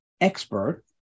expert